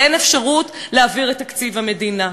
ואין אפשרות להעביר את תקציב המדינה.